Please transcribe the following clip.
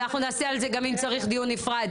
אנחנו נעשה על זה גם אם צריך דיון נפרד.